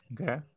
okay